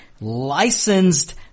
licensed